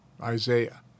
Isaiah